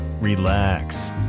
Relax